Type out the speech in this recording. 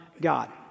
God